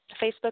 Facebook